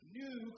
new